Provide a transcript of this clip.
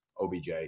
OBJ